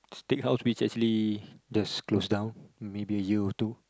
steakhouse which actually just close down maybe year two